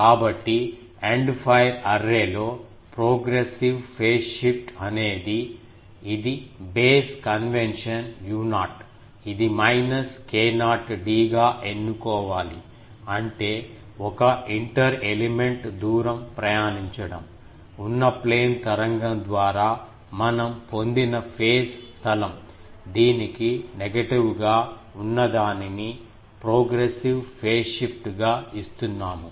కాబట్టి end fire అర్రేలో progressive phase shift అనేది ఇది బేస్ కన్వెన్షన్ u0 ఇది మైనస్ k0 d గా ఎన్నుకోవాలి అంటే ఒక ఇంటర్ ఎలిమెంట్ దూరం ప్రయాణించడం ఉన్న ప్లేన్ తరంగం ద్వారా మనం పొందిన ఫేజ్ స్థలం దీనికి నెగటివ్ గా ఉన్న దానిని ప్రోగ్రెసివ్ ఫేజ్ షిఫ్ట్ గా ఇస్తున్నాము